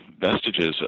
vestiges